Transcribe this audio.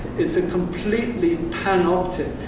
it's a completely panoptic,